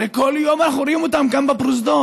הרי כל יום אנחנו רואים אותם כאן בפרוזדור.